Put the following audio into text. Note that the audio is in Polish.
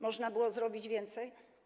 Można było zrobić więcej?